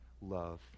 love